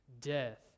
death